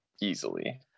easily